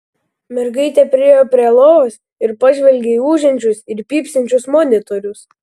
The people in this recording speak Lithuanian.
mergaitė priėjo prie lovos ir pažvelgė į ūžiančius ir pypsinčius monitorius